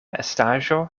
estaĵo